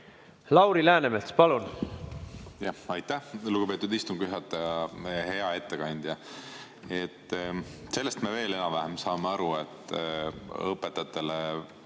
Lauri Läänemets, palun! Aitäh, lugupeetud istungi juhataja! Hea ettekandja! Sellest me veel enam-vähem saame aru, et õpetajatele